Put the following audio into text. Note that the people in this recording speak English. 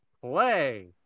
play